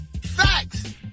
Facts